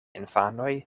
infanoj